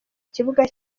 kibuga